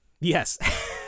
Yes